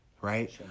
right